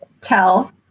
tell